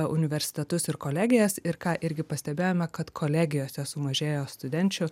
universitetus ir kolegijas ir ką irgi pastebėjome kad kolegijose sumažėjo studenčių